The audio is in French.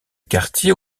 quartier